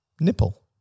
nipple